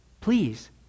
Please